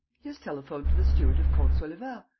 he has telephoned to the steward of comte saulevat,